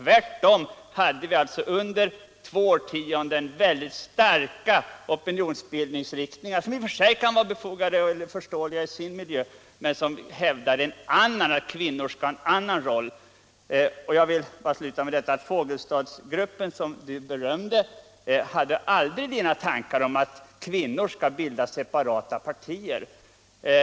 Vi hade under två årtionden mycket starka opinionsbildningar, som i och för sig kunde vara förståeliga i sin miljö men som hävdade att kvinnorna skulle ha en annan roll än männen. Fogelstadsgruppen hade knappast tankar som att kvinnor skall bilda separata partier.